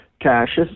Cassius